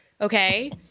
okay